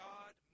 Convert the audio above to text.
God